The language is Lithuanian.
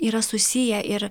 yra susiję ir